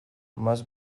más